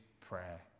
prayer